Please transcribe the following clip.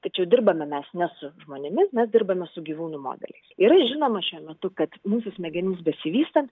tačiau dirbame mes ne su žmonėmis mes dirbame su gyvūnų modeliais yra žinoma šiuo metu kad mūsų smegenims besivystant